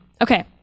Okay